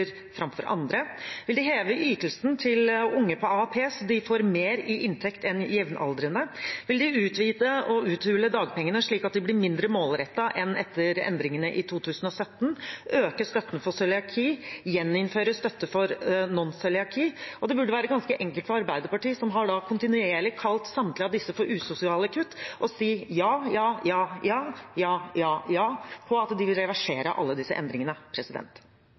framfor andre? Vil de heve ytelsen til unge på AAP, så de får mer i inntekt enn jevnaldrende? Vil de utvide og uthule dagpengene, slik at de blir mindre målrettede enn etter endringene i 2017? Vil de øke støtten for cøliaki, gjeninnføre støtte for non-cøliaki? Det burde være ganske enkelt for Arbeiderpartiet, som kontinuerlig har kalt samtlige av disse for usosiale kutt, å svare ja på at de vil reversere alle disse endringene.